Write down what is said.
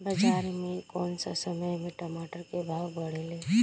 बाजार मे कौना समय मे टमाटर के भाव बढ़ेले?